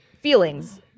feelings